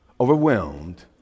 overwhelmed